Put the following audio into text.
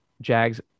Jags